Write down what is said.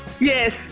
Yes